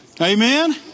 Amen